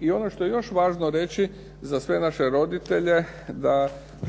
I ono što je još važno reći za sve naše roditelje da